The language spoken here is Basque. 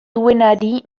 duenari